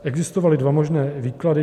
Existovaly dva možné výklady.